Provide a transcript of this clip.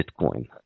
Bitcoin